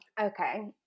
okay